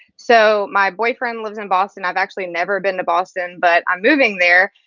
so my boyfriend lives in boston. i've actually never been to boston, but i'm moving there.